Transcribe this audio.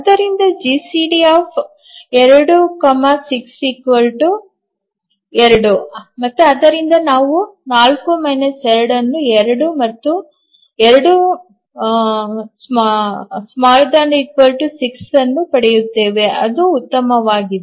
ಆದ್ದರಿಂದ ಜಿಸಿಡಿ 26 2 ಮತ್ತು ಆದ್ದರಿಂದ ನಾವು 4 2 2 ಮತ್ತು 2 ≤ 6 ಅನ್ನು ಪಡೆಯುತ್ತೇವೆ ಅದು ಉತ್ತಮವಾಗಿರುತ್ತದೆ